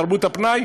תרבות הפנאי,